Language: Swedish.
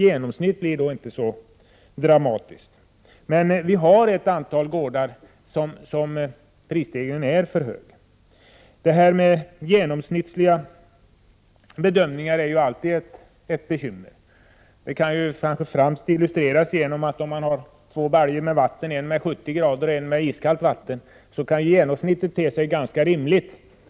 Genomsnittet blir därför inte så dramatiskt. Ändå finns det ett antal gårdar där prisstegringen är för hög. Genomsnittliga bedömningar är ju alltid ett bekymmer. Det kan främst illustreras med att om man har en balja med 70-gradigt vatten och en balja med iskallt vatten, kan det genomsnittligt te sig ganska rimligt.